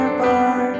bar